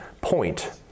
point